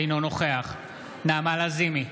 אינו נוכח נעמה לזימי,